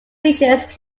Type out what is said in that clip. features